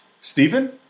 Stephen